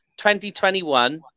2021